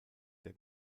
der